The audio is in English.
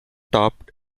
topped